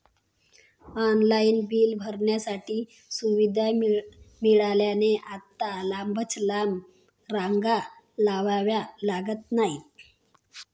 online bill भरण्याची सुविधा मिळाल्याने आता लांबच लांब रांगा लावाव्या लागत नाहीत